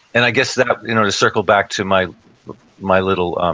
and i guess that, you know to circle back to my my little